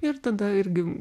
ir tada irgi